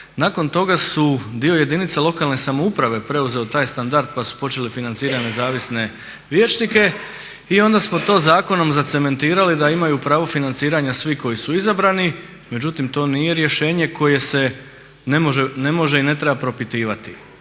Nakon toga su, dio jedinica lokalne samouprave preuzeo taj standard pa su počeli financirati nezavisne vijećnike. I onda smo to zakonom zacementirali da imaju pravo financiranja svi koji su izabrani, međutim to nije rješenje koje se ne može i ne treba propitivati.